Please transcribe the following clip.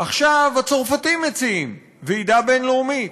עכשיו הצרפתים מציעים ועידה בין-לאומית,